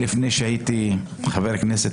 שהייתי חבר כנסת,